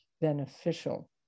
Beneficial